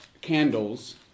candles